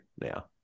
now